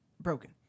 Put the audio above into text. broken